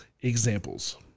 examples